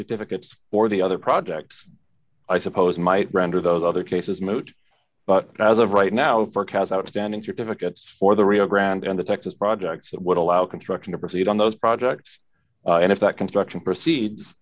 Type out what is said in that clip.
certificates or the other project i suppose might render those other cases moot but as of right now forecast outstanding certificates for the rio grande and the texas projects that would allow construction to proceed on those projects and if that construction proceeds